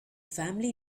family